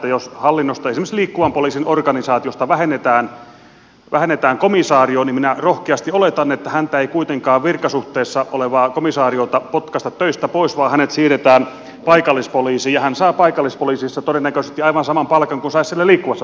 jos hallinnosta esimerkiksi liikkuvan poliisin organisaatiosta vähennetään komisario niin minä rohkeasti oletan että häntä ei kuitenkaan virkasuhteessa olevaa komisariota potkaista töistä pois vaan hänet siirretään paikallispoliisiin ja hän saa paikallispoliisissa todennäköisesti aivan saman palkan kuin saisi siellä liikkuvassakin poliisissa